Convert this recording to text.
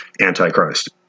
Antichrist